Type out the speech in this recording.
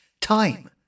time